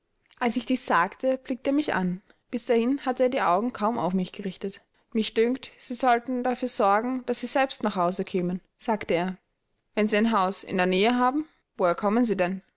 als ich dies sagte blickte er mich an bis dahin hatte er die augen kaum auf mich gerichtet mich dünkt sie sollten dafür sorgen daß sie selbst nach hause kämen sagte er wenn sie ein haus in der nähe haben woher kommen sie denn